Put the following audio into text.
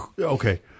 Okay